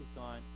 on